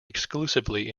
exclusively